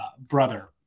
brother